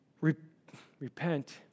repent